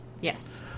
Yes